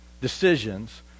decisions